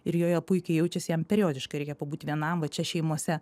ir joje puikiai jaučiasi jam periodiškai reikia pabūt vienam va čia šeimose